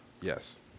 Yes